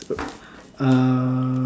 uh